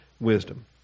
wisdom